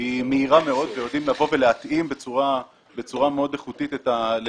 היא מהירה מאוד והם יודעים לבוא ולהתאים בצורה מאוד איכותית לרצונות.